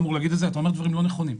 אבל אתה אומר דברים לא נכונים.